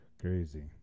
Crazy